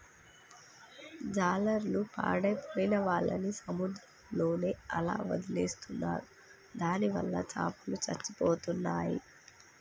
జాలర్లు పాడైపోయిన వాళ్ళని సముద్రంలోనే అలా వదిలేస్తున్నారు దానివల్ల చాపలు చచ్చిపోతున్నాయి